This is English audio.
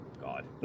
god